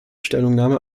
stellungnahme